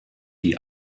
die